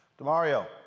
Demario